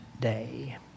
day